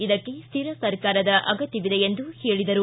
ಇದಕ್ಕೆ ಸ್ಟಿರ ಸರ್ಕಾರದ ಅಗತ್ಯವಿದೆ ಎಂದು ಹೇಳಿದರು